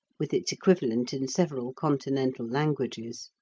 with its equivalent in several continental languages,